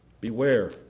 Beware